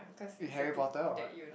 in Harry-Potter or what